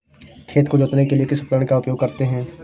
खेत को जोतने के लिए किस उपकरण का उपयोग करते हैं?